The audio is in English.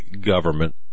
government